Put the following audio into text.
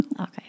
Okay